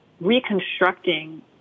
reconstructing